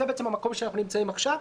זה בעצם המקום שאנחנו נמצאים בו עכשיו.